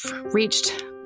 reached